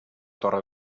torre